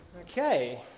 Okay